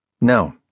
No